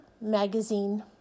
magazine